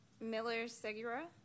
Miller-Segura